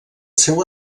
seu